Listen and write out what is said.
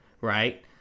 right